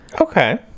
Okay